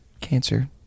cancer